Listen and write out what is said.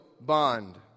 bond